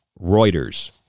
Reuters